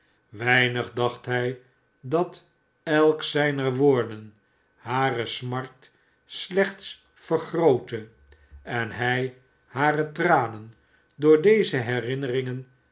weinig dacht hij dat elk zijner woorden hare smart slechts ver grootte en hij hare tranen door deze herinnering